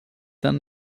than